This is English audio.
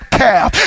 calf